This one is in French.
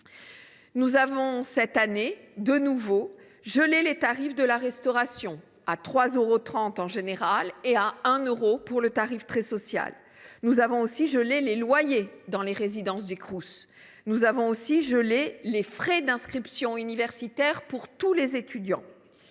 Lafon. Cette année, de nouveau, nous avons gelé les tarifs de la restauration à 3,30 euros en général et à 1 euro pour le tarif très social. Nous avons aussi gelé les loyers dans les résidences des Crous. Nous avons de nouveau gelé les frais d’inscription universitaires pour tous les étudiants.